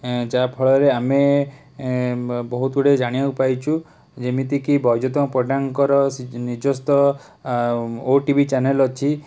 ଏଁ ଯାହାଫଳରେ ଆମେ ଏଁ ବହୁତ ଗୁଡ଼ିଏ ଜାଣିବାକୁ ପାଇଚୁ ଯେମିତିକି ବୈଜନ୍ତ ପଣ୍ଡାଙ୍କର ନିଜସ୍ତ ଆଁ ଓଟିଭି ଚ୍ୟାନେଲ୍ ଅଛି